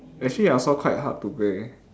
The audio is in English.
actually yasuo quite hard to play